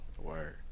Word